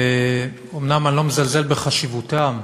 אומנם אני לא מזלזל בחשיבותם,